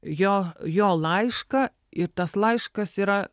jo jo laišką ir tas laiškas yra